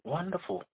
Wonderful